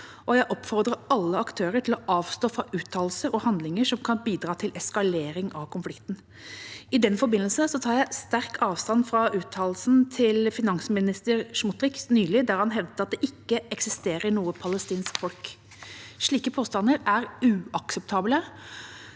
Jeg oppfordrer alle aktører til å avstå fra uttalelser og handlinger som kan bidra til eskalering av konflikten. I den forbindelse tar jeg sterkt avstand fra uttalelsen til finansminister Betzalel Smotrich nylig, der han hevdet at det ikke eksisterer noe palestinsk folk. Slike påstander er uakseptable,